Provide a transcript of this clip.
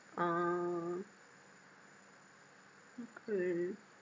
ah okay